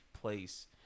place